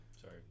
Sorry